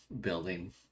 building